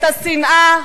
את השנאה,